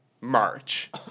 March